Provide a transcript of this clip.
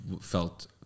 felt